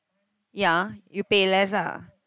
ya you pay less ah